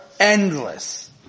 endless